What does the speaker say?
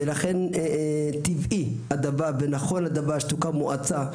לכן טבעי הדבר ונכון הדבר שתוקם מועצה,